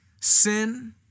Sin